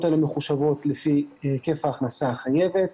האלו מחושבות לפי היקף ההכנסה החייבת.